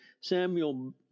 Samuel